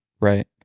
right